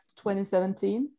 2017